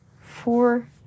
four